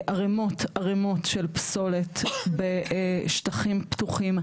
ערמות ערמות של פסולת בשטחים פתוחים,